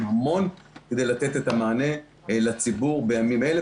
המון כדי לתת את המענה לציבור בימים אלה.